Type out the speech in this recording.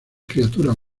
criaturas